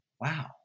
wow